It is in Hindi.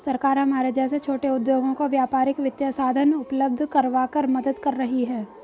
सरकार हमारे जैसे छोटे उद्योगों को व्यापारिक वित्तीय साधन उपल्ब्ध करवाकर मदद कर रही है